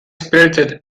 spirited